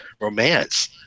romance